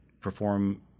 perform